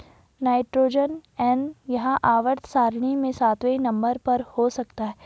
nitrogen N यह आवर्त सारणी में सातवें नंबर पर हो सकता है